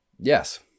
Yes